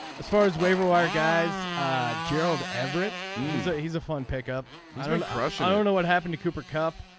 as far as waiver wire guys gerald everett he's he's a fun pickup to crush i don't know what happened to cooper kupp